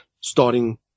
starting